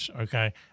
Okay